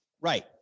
Right